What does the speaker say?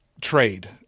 trade